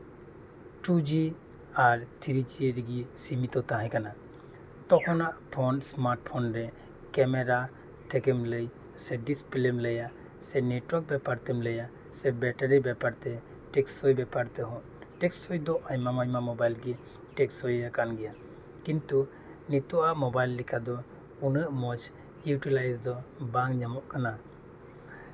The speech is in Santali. ᱴᱩ ᱡᱤ ᱟᱨ ᱛᱷᱨᱤ ᱡᱤ ᱨᱮᱜᱮ ᱯᱷᱳᱱ ᱫᱚ ᱛᱟᱦᱮᱸ ᱠᱟᱱᱟ ᱛᱚᱠᱷᱚᱱᱟᱜ ᱮᱥᱢᱟᱨᱴ ᱯᱷᱳᱱᱨᱮ ᱠᱮᱢᱮᱨᱟ ᱛᱷᱮᱠᱮᱢ ᱞᱟᱹᱭ ᱥᱮ ᱰᱤᱥ ᱯᱞᱮᱢ ᱞᱟᱹᱭᱟ ᱥᱮ ᱱᱮᱴ ᱣᱟᱨᱠ ᱮᱢ ᱞᱟᱹᱭᱟ ᱥᱮ ᱵᱮᱴᱟᱨᱤ ᱵᱮᱯᱟᱨ ᱛᱮᱢ ᱞᱟᱹᱭᱟ ᱴᱮᱠᱥᱳᱭ ᱵᱮᱯᱟᱨ ᱛᱮᱦᱚᱸ ᱴᱮᱠᱥᱳᱭ ᱫᱚ ᱟᱭᱢᱟ ᱟᱭᱢᱟ ᱢᱳᱵᱟᱭᱤᱞ ᱜᱮ ᱴᱮᱠᱥᱳᱭ ᱟᱠᱟᱱ ᱜᱮᱭᱟ ᱠᱤᱱᱛᱩ ᱱᱤᱛᱚᱜ ᱟᱜ ᱢᱳᱵᱟᱭᱤᱞ ᱞᱮᱠᱟ ᱫᱚ ᱩᱱᱟᱹᱜ ᱢᱚᱸᱡᱽ ᱤᱭᱩᱴᱤᱞᱟᱭᱤᱡ ᱫᱚ ᱵᱟᱝ ᱧᱟᱢᱚᱜ ᱠᱟᱱᱟ